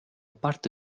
parte